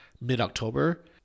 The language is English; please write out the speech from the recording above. mid-October